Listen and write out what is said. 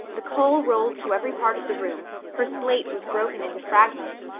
the coal rolled to every part of the room, her slate was broken into fragments,